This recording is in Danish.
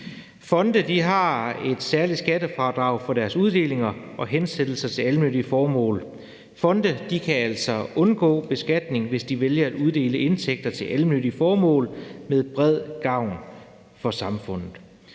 Fonde har et særligt skattefradrag for deres uddelinger og hensættelser til almennyttige formål. Fonde kan altså undgå beskatning, hvis de vælger at uddele indtægter til almennyttige formål med bred gavn for samfundet.